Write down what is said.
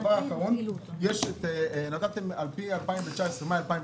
הדבר האחרון, נתתם על פי מאי 2019. מבדיקה שערכתי,